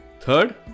third